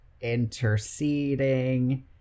interceding